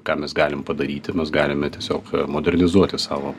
ką mes galim padaryti mes galime tiesiog modernizuoti savo